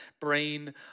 brain